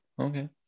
Okay